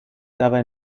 dabei